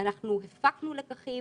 אנחנו הפקנו לקחים,